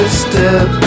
step